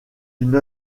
une